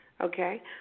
Okay